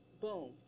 boom